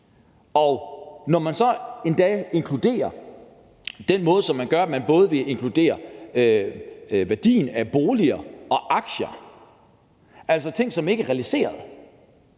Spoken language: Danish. sig. Når man så endda inkluderer ting på den måde, som man gør, hvor man både vil inkludere værdien af boliger og aktier, altså ting, som ikke er realiserede,